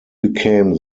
became